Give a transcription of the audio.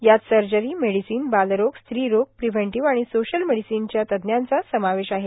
यात surgery medicine बालरोग स्त्रीरोग प्रिव्हेंटिव्ह आणि सोशल मेडिसिनच्या तज्ज्ञांचा समावेश आहे